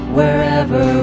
Wherever